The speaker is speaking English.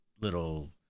little